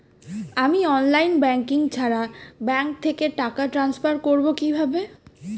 আমি online banking ছাড়া bank থেকে টাকা ট্রান্সফার করবো কিভাবে?